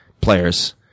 players